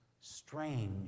strange